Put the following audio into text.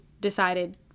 decided